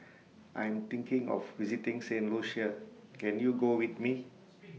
I Am thinking of visiting Saint Lucia Can YOU Go with Me